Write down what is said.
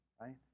right